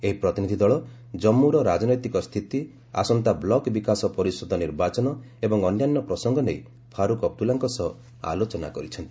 ଏହି ପ୍ରତିନିଧି ଦଳ ଜମ୍ମର ରାଜନୈତିକ ସ୍ଥିତି ଆସନ୍ତା ବ୍ଲକ୍ ବିକାଶ ପରିଷଦ ନିର୍ବାଚନ ଏବଂ ଅନ୍ୟାନ୍ୟ ପ୍ରସଙ୍ଗ ନେଇ ପାରୁକ୍ ଅବଦୁଲ୍ଲାଙ୍କ ସହ ଆଲୋଚନା କରିଚ୍ଚନ୍ତି